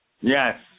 Yes